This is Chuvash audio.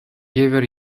евӗр